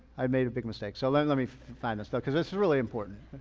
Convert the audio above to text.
i've made a big mistake. so let and let me find this because this is really important.